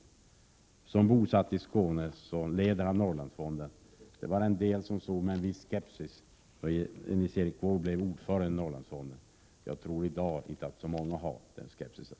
Trots att han är bosatt i Skåne leder han Norrlandsfonden. Det fanns en del som var skeptiska när Nils Erik Wååg blev ordförande för Norrlandsfonden. I dag tror jag inte så många är skeptiska.